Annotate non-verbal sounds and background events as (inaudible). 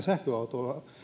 (unintelligible) sähköautoilua